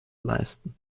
leisten